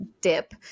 dip